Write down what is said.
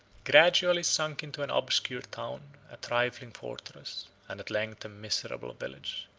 gradually sunk into an obscure town, a trifling fortress, and at length a miserable village.